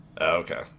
Okay